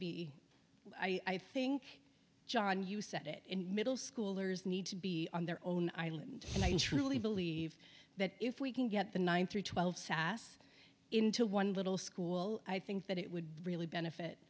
be i think john you said it in middle schoolers need to be on their own island and i truly believe that if we can get the nine through twelve sass into one little school i think that it would really benefit